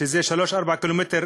שזה 3 4 ק"מ